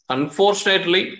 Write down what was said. Unfortunately